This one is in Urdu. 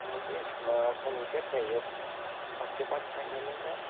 مجھے فرنیچر چاہیے آپ کے پاس کیا کیا ملتا ہے